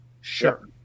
Sure